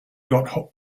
got